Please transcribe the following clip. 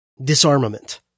disarmament